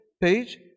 Page